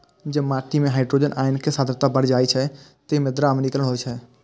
जब माटि मे हाइड्रोजन आयन के सांद्रता बढ़ि जाइ छै, ते मृदा अम्लीकरण होइ छै